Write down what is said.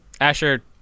Asher